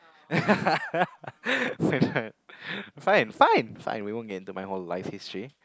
fine fine fine fine fine we won't get into my whole life history